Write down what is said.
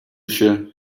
się